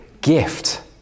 gift